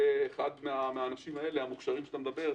ואחד האנשים המוכשרים שאתה מדבר עליהם,